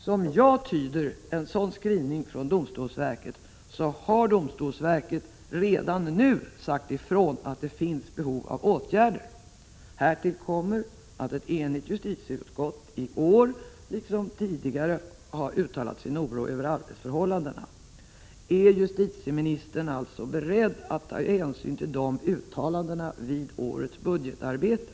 Som jag tyder en sådan skrivning från domstolsverket har domstolsverket redan i årets anslagsframställning sagt ifrån att det finns behov av åtgärder. Härtill kommer att ett enigt justitieutskott i år liksom tidigare har uttalat sin oro över arbetsförhållandena vid domstolarna. Är justitieministern alltså beredd att ta hänsyn till de uttalandena vid årets budgetarbete?